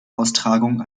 austragung